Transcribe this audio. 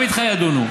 גם איתך ידונו,